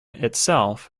itself